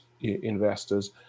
investors